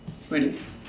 really